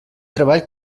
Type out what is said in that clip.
treball